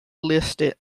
listed